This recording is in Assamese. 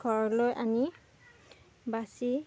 ঘৰলৈ আনি বাছি